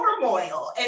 turmoil